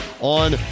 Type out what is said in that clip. on